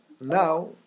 now